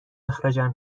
اخراجم